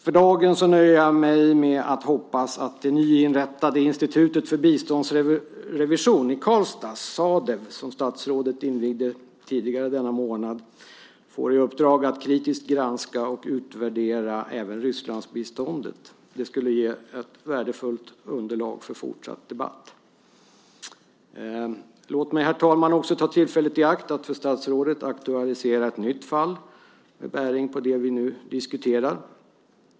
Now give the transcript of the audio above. För dagen nöjer jag mig emellertid med att hoppas att det nyinrättade institutet för biståndsrevision i Karlstad, Sadev, som statsrådet invigde tidigare denna månad, får i uppdrag att kritiskt granska och utvärdera även Rysslandsbiståndet. Det skulle ge ett värdefullt underlag för fortsatt debatt. Låt mig, herr talman, ta tillfället i akt och för statsrådet aktualisera ett nytt fall med bäring på det vi nu diskuterar.